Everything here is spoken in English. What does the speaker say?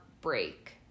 break